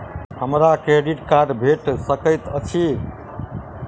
हमरा credit card भेट सकैत अछि?